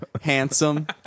handsome